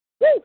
Woo